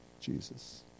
Jesus